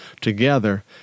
together